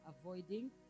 avoiding